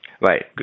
Right